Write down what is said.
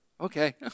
okay